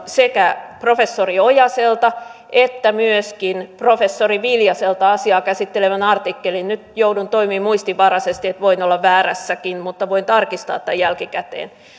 sekä professori ojaselta että myöskin professori viljaselta kannanoton asiaa käsittelevän artikkelin nyt joudun toimimaan muistin varaisesti eli voin olla väärässäkin mutta voin tarkistaa tämän jälkikäteen